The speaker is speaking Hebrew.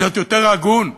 קצת יותר הגון,